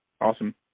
Awesome